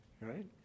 right